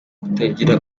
kutagira